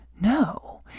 No